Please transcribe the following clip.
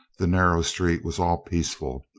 the nar row street was all peaceful.